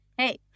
Hey